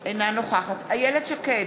אינה נוכחת איילת שקד,